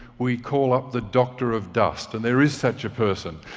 we call up the doctor of dust, and there is such a person.